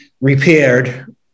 repaired